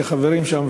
כחברים שם,